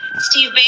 Steve